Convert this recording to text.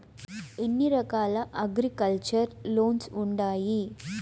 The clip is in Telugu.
ఎన్ని రకాల అగ్రికల్చర్ లోన్స్ ఉండాయి